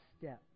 step